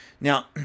Now